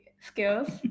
skills